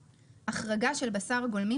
החרגה של בשר גולמי,